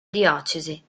diocesi